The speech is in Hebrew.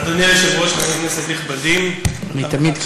אדוני היושב-ראש, חברי כנסת נכבדים, אני תמיד ככה.